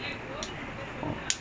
நம்ம பண்றதே:namma pandradhae